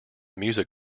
music